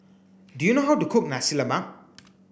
do you know how to cook Nasi Lemak